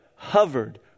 hovered